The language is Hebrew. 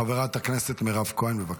חברת הכנסת מירב כהן, בבקשה.